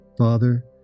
Father